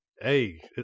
hey